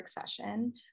session